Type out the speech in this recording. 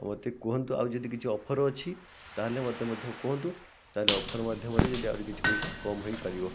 ମୋତେ କୁହନ୍ତୁ ଆଉ ଯଦି କିଛି ଅଫର ଅଛି ତାହେଲେ ମୋତେ ମଧ୍ୟ କୁହନ୍ତୁ ତାହେଲେ ଅଫର ମାଧ୍ୟମରେ ଯଦି ଆହୁରି କିଛି ପଇସା କମ୍ ହୋଇପାରିବ